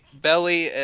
Belly